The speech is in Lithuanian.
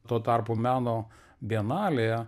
tuo tarpu meno bienalėje